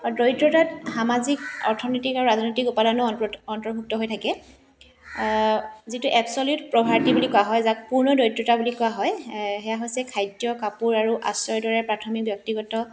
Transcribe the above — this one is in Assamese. আৰু দৰিদ্ৰতাত সামাজিক অৰ্থনৈতিক আৰু ৰাজনৈতিক উপাদানো অন্ত অন্তৰ্ভূক্ত হৈ থাকে যিটো এবছ'লিউট প'ভাৰ্টি বুলি কোৱা হয় যাক পূৰ্ণ দৰিদ্ৰতা বুলি কোৱা হয় সেয়া হৈছে খাদ্য কাপোৰ আৰু আশ্ৰয়ৰ দৰে প্ৰাথমিক ব্যক্তিগত